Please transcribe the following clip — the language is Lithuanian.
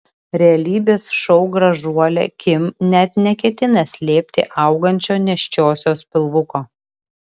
realybės šou gražuolė kim net neketina slėpti augančio nėščiosios pilvuko